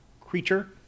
creature